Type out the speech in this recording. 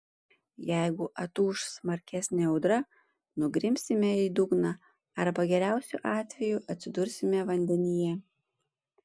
jeigu atūš smarkesnė audra nugrimsime į dugną arba geriausiu atveju atsidursime vandenyje